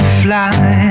fly